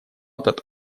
этот